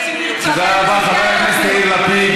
תודה רבה, חבר הכנסת יאיר לפיד.